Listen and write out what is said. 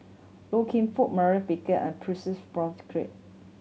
Loy Keng Foo Maurice Baker and Percy